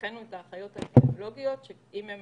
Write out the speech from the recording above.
הנחינו את האחיות האפידמיולוגיות שאם הן